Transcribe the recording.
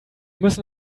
müssen